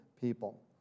people